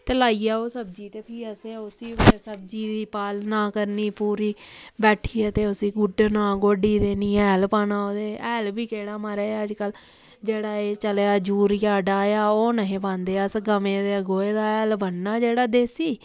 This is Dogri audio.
ते लाइयै ओह् सब्जी ते फ्ही असें उस्सी सब्जी दी पालना करनी पूरी बैठियै ते उस्सी गुड्डना गोड्डी देनी हैल पाना ओह्दे च हैल बी केह्ड़ा महाराज अजकल्ल जेह्ड़ा एह् चले दे जूरिया डाया ओह् नेईं हे पांदे अस गवें दे गोहे दा हैल बनना जेह्ड़ा देसी